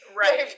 right